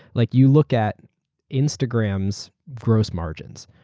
like you look at instagram's gross margins.